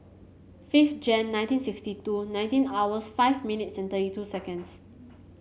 fifth Jan nineteen sixty two nineteen hours five minutes and thirty two seconds